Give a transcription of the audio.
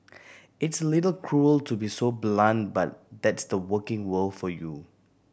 it's a little cruel to be so blunt but that's the working world for you